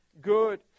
good